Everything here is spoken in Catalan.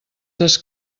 des